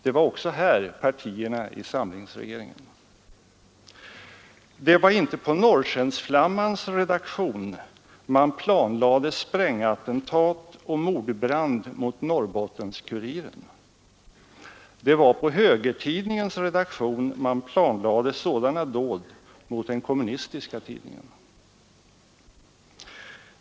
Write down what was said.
Det var också här partierna i samlingsregeringen. Det var inte på Norrskensflammans redaktion man planerade sprängattentat och mordbrand mot Norrbottens-Kuriren. Det var på högertidningens redaktion man planerade sådana dåd mot den kommunistiska tidningen.